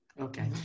Okay